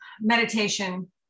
meditation